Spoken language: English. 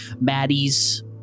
Maddie's